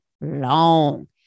long